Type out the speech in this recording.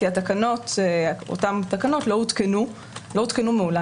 כי אותן תקנות לא הותקנו מעולם.